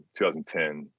2010